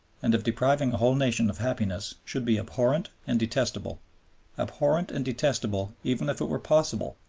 and of depriving a whole nation of happiness should be abhorrent and detestable abhorrent and detestable, even if it were possible,